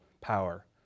power